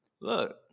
Look